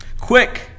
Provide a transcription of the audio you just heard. quick